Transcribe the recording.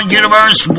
universe